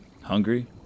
hungry